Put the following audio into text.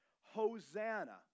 Hosanna